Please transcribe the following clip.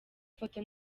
foto